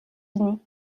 unis